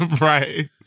right